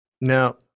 Now